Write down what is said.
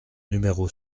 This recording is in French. numéro